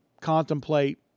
contemplate